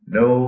no